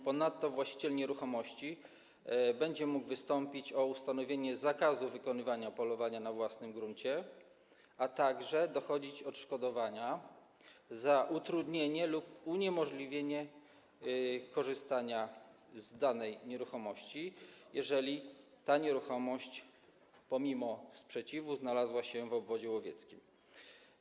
Ponadto właściciel nieruchomości będzie mógł wystąpić o ustanowienie zakazu wykonywania polowania na jego własnym gruncie, a także dochodzić odszkodowania za utrudnienie lub uniemożliwienie korzystania z danej nieruchomości, jeżeli ta nieruchomość pomimo sprzeciwu znalazła się w obwodzie łowieckim.